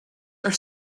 are